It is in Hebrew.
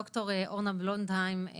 ד"ר אורנה בלונדהיים,